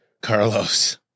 Carlos